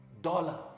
Dollar